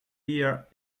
year